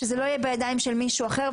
ושזה לא יהיה בידיים של מישהו אחר.